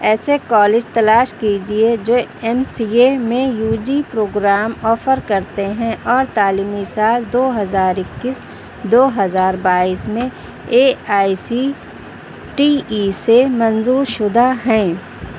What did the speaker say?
ایسے کالج تلاش کیجیے جو ایم سی اے میں یو جی پروگرام آ فر کرتے ہیں اور تعلیمی سال دو ہزار اکیس دو ہزار بائیس میں A I C T E سے منظور شدہ ہیں